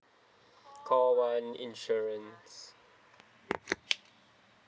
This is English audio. call one insurance